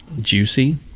juicy